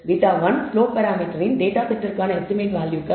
β1 slope பராமீட்டரின் data செட்டிற்கான estimated வேல்யூகள் 15